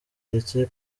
ndetse